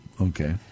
Okay